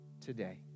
today